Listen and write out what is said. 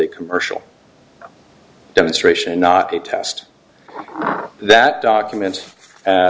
a commercial demonstration not a test that documents